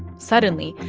suddenly,